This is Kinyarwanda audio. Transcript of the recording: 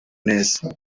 neza